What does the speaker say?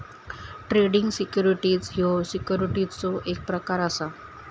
trading securities ह्यो सिक्युरिटीजचो एक प्रकार असा